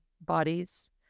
bodies